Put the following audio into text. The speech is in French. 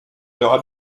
l’heure